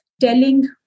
telling